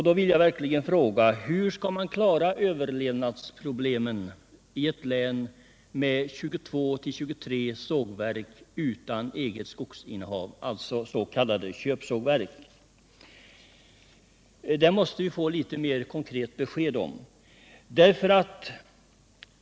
Då vill jag fråga: Hur skall man kunna lösa överlevnadsproblemen i ett län med 22-23 sågverk utan eget skogsinnehav, alltså s.k. köpsågverk? Det måste vi få ett mer konkret besked om.